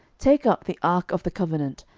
take up the ark of the covenant,